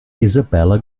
isabella